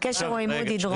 הקשר הוא עם אודי דרור.